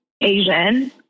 asian